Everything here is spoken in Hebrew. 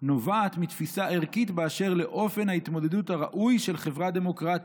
'נובעת מתפיסה ערכית באשר לאופן ההתמודדות הראוי של חברה דמוקרטית,